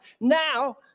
Now